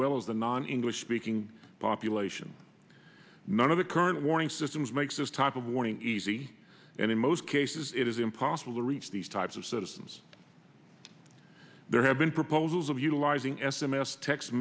well as the non english speaking population none of the current warning systems makes this type of warning easy and in most cases it is impossible to reach these types of citizens there have been proposals of utilizing s m s text